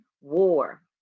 war